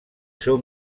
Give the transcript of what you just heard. seu